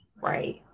Right